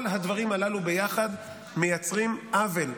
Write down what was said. כל הדברים הללו ביחד מייצרים עוול,